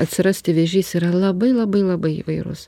atsirasti vėžys yra labai labai labai įvairus